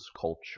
culture